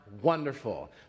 wonderful